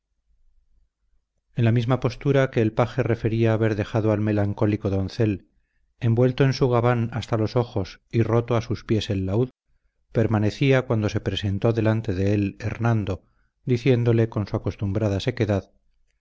en la misma postura que el paje refería haber dejado al melancólico doncel envuelto en su gabán hasta los ojos y roto a sus pies el laúd permanecía cuando se presentó delante de él hernando diciéndole con su acostumbrada sequedad